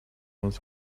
was